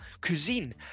cuisine